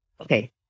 okay